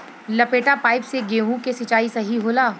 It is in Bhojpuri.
लपेटा पाइप से गेहूँ के सिचाई सही होला?